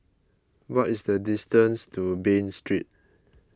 what is the distance to Bain Street